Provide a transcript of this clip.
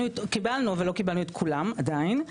קיבלנו אבל לא קיבלנו את כולם עדיין.